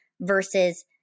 versus